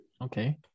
Okay